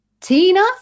Tina